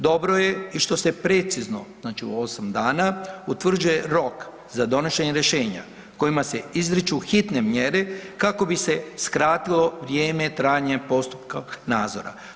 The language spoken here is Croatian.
Dobro je i što se precizno znači u 8 dana utvrđuje rok za donošenje rješenja kojima se izriču hitne mjere kako bi se skratilo vrijeme trajanja postupka nadzora.